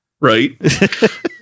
right